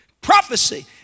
prophecy